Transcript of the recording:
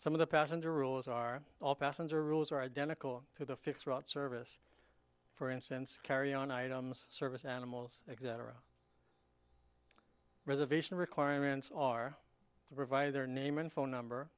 some of the passenger rules are all passenger rules are identical to the fixed route service for instance carry on items service animals exit or a reservation requirements are provided their name and phone number